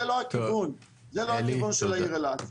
זה לא הכיוון של העיר אילת.